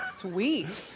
Sweet